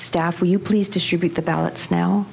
staff will you please distribute the ballots now